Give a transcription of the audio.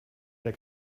der